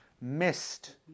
missed